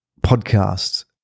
podcasts